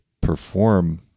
perform